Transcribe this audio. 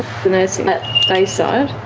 the nurse at bayside?